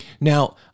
Now